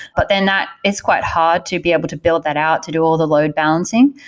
but then that is quite hot to be able to build that out to do all the load-balancing.